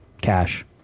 cash